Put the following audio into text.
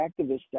activists